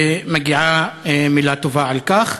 ומגיעה מילה טובה על כך.